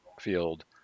field